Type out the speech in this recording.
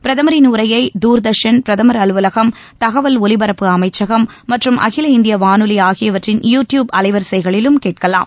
பிரதமரின் உரையை தூர்தர்ஷன் பிரதமர் அலுவலகம் தகவல் ஒலிபரப்பு அமைச்சகம் மற்றும் அகில இந்திய வானொலி ஆகியற்றின் யூ ட்யூப் அலைவரிசைகளிலும் கேட்கலாம்